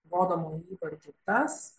rodomuoju įvardžiu tas